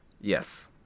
Yes